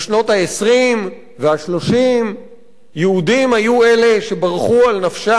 ה-20 וה-30 יהודים הם שברחו על נפשם